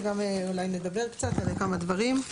וגם אולי נדבר קצת על כמה דברים.